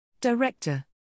Director